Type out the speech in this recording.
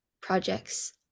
projects